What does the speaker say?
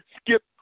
skip